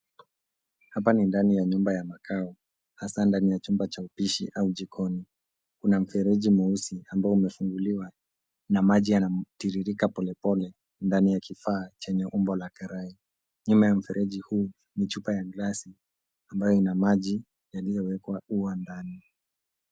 Hapa ni ndani ya nyumba ya makao hasaa ndani ya chumba cha upishi au jikoni. Kuna mfereji mweusi ambao umefunguliwa na maji yanatiririka polepole ndani ya kifaa chenye umbo la karai. Nyuma ya mfereji huu, ni chupa ya glasi ya maji yaliyowekwa ua ndani.